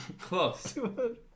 Close